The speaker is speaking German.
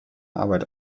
arbeit